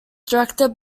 directed